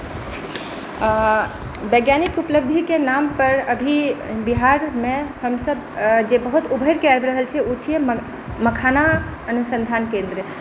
वैज्ञानिक उपलब्धिके नाम पर अभी बिहारमे हम सभ जे बहुत उभरिके आबि रहल छै ओ छियै मखाना अनुसन्धान केन्द्र